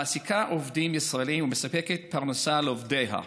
המעסיקה עובדים ישראלים ומספקת פרנסה לעובדיה.